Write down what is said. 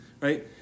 right